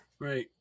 Right